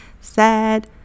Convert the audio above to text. sad